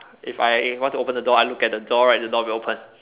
if I want to open the door I look at the door right the door will open